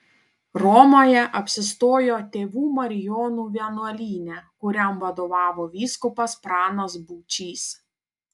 romoje apsistojo tėvų marijonų vienuolyne kuriam vadovavo vyskupas pranas būčys